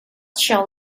shall